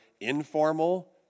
informal